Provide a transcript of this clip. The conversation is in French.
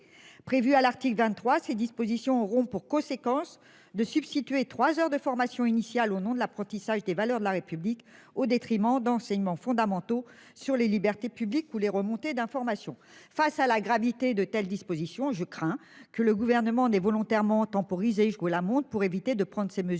prévue à l'article 23, ces dispositions auront pour conséquence de substituer 3h de formation initiale au nom de l'apprentissage des valeurs de la République au détriment d'enseignements fondamentaux sur les libertés publiques ou les remontées d'informations. Face à la gravité de telles dispositions. Je crains que le gouvernement des volontairement temporiser jouer la montre pour éviter de prendre ces mesures